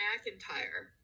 McIntyre